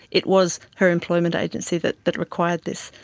it was her employment agency that that required this.